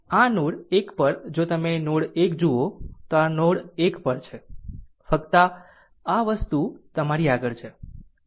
આમ નોડ 1 પર જો તમે નોડ 1 જુઓ તો આ નોડ 1 પર છે ફક્ત આ વસ્તુ તમારી આગળ છે